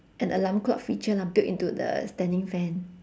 an alarm clock feature lah built into the standing fan